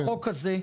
החוק הזה,